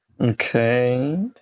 Okay